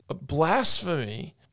blasphemy